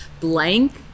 blank